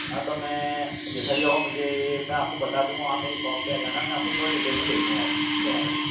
हाँ तो मैं जैसा भी रहूँ मुझे इसमें आपको बता दूंगा आप मेरे शॉप पे आ जाना आपको थोड़ा डिटेल में दे दूंगा उसके बारे में